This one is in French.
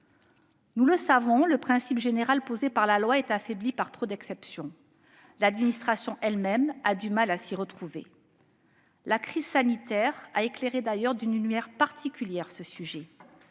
Nous le savons, le principe général posé par la loi est affaibli par trop d'exceptions. L'administration elle-même a du mal à s'y retrouver. La crise sanitaire a d'ailleurs éclairé d'une lumière particulière le sujet.